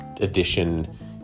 edition